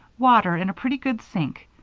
water and a pretty good sink.